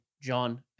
John